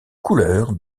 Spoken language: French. couleurs